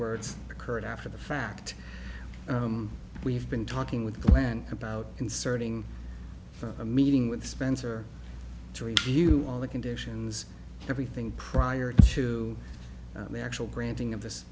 words occurred after the fact we've been talking with glen about inserting for a meeting with spencer to review all the conditions everything prior to the actual granting of this